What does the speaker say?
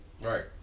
Right